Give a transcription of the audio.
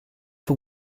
for